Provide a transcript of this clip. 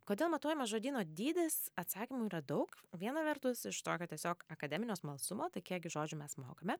kodėl matuojamas žodyno dydis atsakymų yra daug viena vertus iš tokio tiesiog akademinio smalsumo tai kiekgi žodžių mes mokame